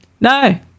No